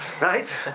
Right